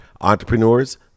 entrepreneurs